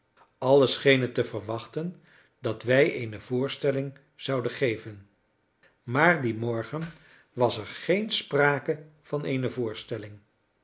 allen schenen te verwachten dat wij eene voorstelling zouden geven maar dien morgen was er geen sprake van eene voorstelling